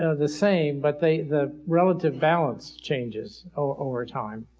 ah the same, but the the relative balance changes over time.